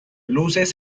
luces